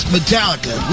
Metallica